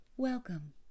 Welcome